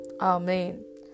Amen